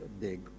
big